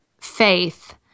faith